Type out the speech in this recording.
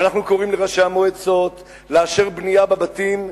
ואנחנו קוראים לראשי המועצות לאשר בנייה בבתים.